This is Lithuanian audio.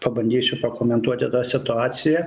pabandysiu pakomentuoti situaciją